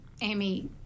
Amy